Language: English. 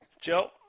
Joe